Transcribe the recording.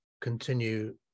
continue